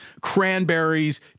cranberries